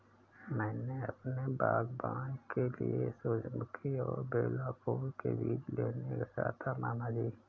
मैं अपने बागबान के लिए सूरजमुखी और बेला फूल के बीज लेने गया था मामा जी